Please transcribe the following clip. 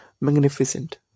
magnificent